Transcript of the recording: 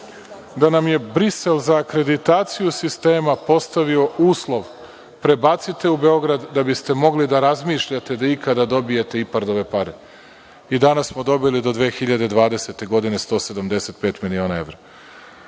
da nam je Brisel za akreditaciju sistema postavio uslov, prebacite u Beograd da biste mogli da razmišljate da ikada dobijete IPARD-ove pare. Danas smo dobili do 2020. godine 175 miliona evra. Nije